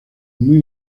muy